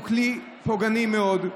הן כלי פוגעני מאוד,